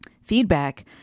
Feedback